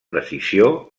precisió